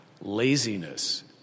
laziness